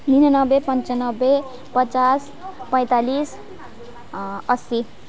निनानब्बे पन्चानब्बे पचास पैँतालिस अस्सी